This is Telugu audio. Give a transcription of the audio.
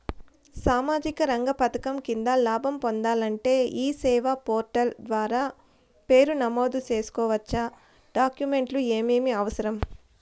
సామాజిక రంగ పథకం కింద లాభం పొందాలంటే ఈ సేవా పోర్టల్ ద్వారా పేరు నమోదు సేసుకోవచ్చా? డాక్యుమెంట్లు ఏమేమి అవసరం?